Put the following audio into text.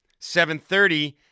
7.30